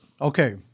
Okay